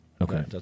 Okay